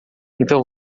então